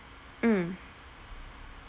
mm